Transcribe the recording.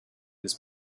his